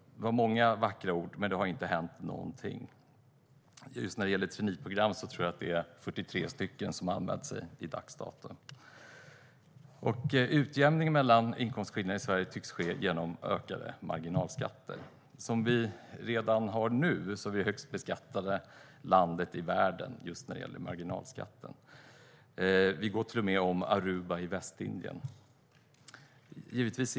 Det var många vackra ord, men det har inte hänt någonting. När det gäller traineeprogram tror jag att det är 43 som har anmält sig till dags dato. Utjämningen av inkomstskillnader i Sverige tycks ske genom ökade marginalskatter. Vi är redan nu det högst beskattade landet i världen när det gäller marginalskatten. Vi går till och med om Aruba i Västindien.